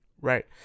Right